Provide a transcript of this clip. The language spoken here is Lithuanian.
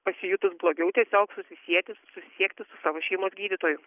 pasijutus blogiau tiesiog susisieti susisiekti su savo šeimos gydytoju